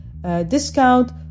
discount